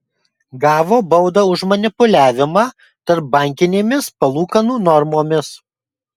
gavo baudą už manipuliavimą tarpbankinėmis palūkanų normomis